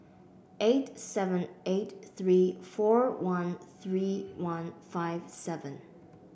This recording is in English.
eight seven eight three four one three one five seven